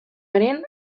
aren